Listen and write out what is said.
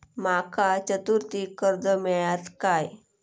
माका चतुर्थीक कर्ज मेळात काय?